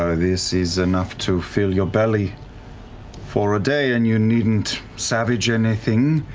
ah this is enough to fill your belly for a day, and you needn't savage anything.